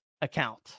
account